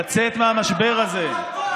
לצאת מהמשבר הזה.